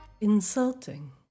insulting